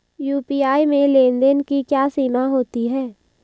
UPI में लेन देन की क्या सीमा होती है?